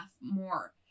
more